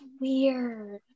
weird